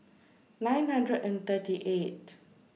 nine hundred and thirty eight